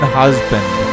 husband